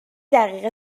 دقیقه